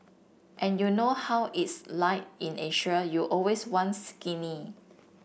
and you know how it's like in Asia you always want skinny